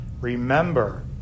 Remember